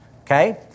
okay